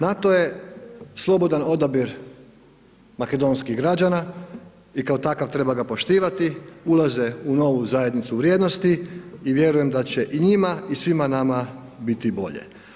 NATO je slobodan odabir makedonskih građana i kao takav treba ga poštivati, ulaze u novu zajednicu vrijednosti i vjerujem da će i njima i svima nama biti bolje.